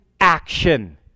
Action